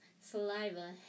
Saliva